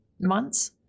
months